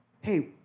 hey